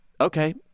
okay